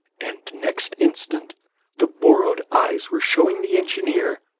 and next instant the borrowed eyes were showing the engineer,